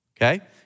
Okay